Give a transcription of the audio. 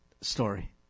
story